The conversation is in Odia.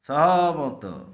ସହମତ